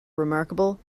remarkable